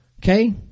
okay